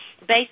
based